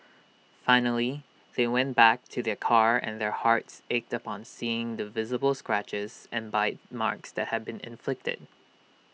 finally they went back to their car and their hearts ached upon seeing the visible scratches and bite marks that had been inflicted